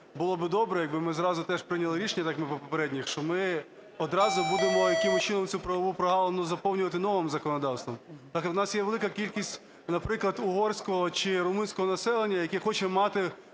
було би добре, якби ми зразу теж прийняли рішення, так як по попередніх, що ми одразу будемо якимось чином цю правову прогалину заповнювати новим законодавством. Так як у нас є велика кількість, наприклад, угорського або румунського населення, яке хоче мати